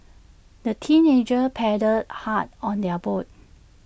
the teenagers paddled hard on their boat